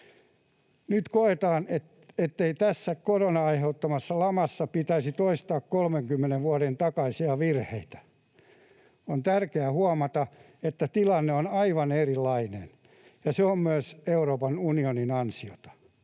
Nyt koetaan, ettei tässä koronan aiheuttamassa lamassa pitäisi toistaa 30 vuoden takaisia virheitä. On tärkeää huomata, että tilanne on aivan erilainen ja se on myös Euroopan unionin ansiota.